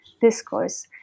discourse